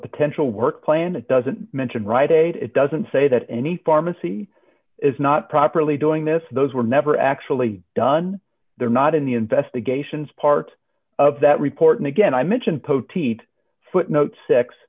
potential work plan it doesn't mention right date d it doesn't say that any pharmacy is not properly doing this those were never actually done they're not in the investigations part of that report and again i mention poteat footnote s